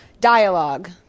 dialogue